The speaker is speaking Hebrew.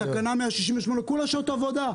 תקנה 168. כולה שעות עבודה.